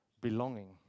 belonging